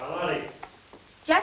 oh yeah